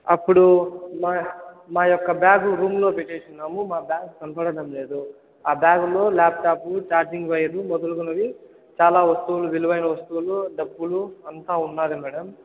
అప్పుడు మా మా యొక్క బ్యాగ్ రూమ్లో పెట్టేసియున్నాము బ్యాగ్ కనపడడం లేదు ఆ బ్యాగ్లో ల్యాప్టాప్ ఛార్జింగ్ వైర్ మొదలుగునవి చాలా వస్తువులు విలువైన వస్తువులు డబ్బులు అంతా ఉన్నాది మ్యాడం